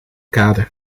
kade